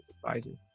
advisor.